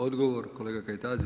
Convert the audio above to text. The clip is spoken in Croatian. Odgovor kolega Kajtazi.